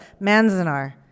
Manzanar